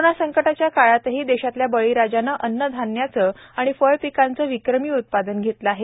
corona संकटाच्या काळातही देशातल्या बळीराजानं अन्न धान्याचे आणि फळ पिकांचे विक्रमी उत्पादन घेतले आहे